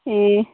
ए